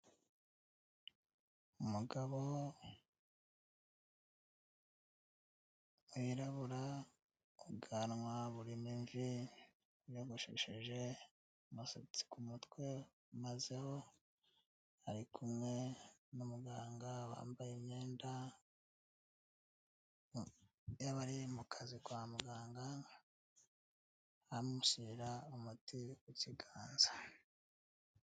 Umugabo wirabura ubwanwa burimo imvi, yiyogoshesheje umusatsi ku mutwe umazeho, ari kumwe n'umuganga bambaye imyenda y'abari mu kazi kwa muganga amushyirira umuti ku kiganza.